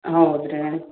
ಹಾಂ ಹೌದು ರೀ